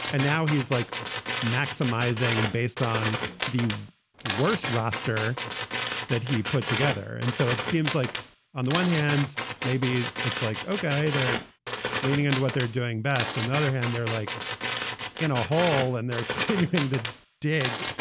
and now he's like maximizing based on the worst roster that he put together. and so it seems like on the one hand, maybe it's like, ok, they're leaning into what they're doing best. on the other hand, they're like in a hall and they're continuing to dig.